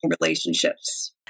relationships